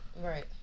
Right